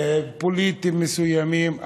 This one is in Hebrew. פוליטיים מסוימים,